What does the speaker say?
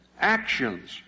Actions